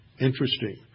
Interesting